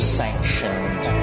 sanctioned